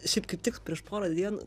šiaip kaip tik prieš porą dien